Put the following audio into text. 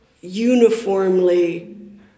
uniformly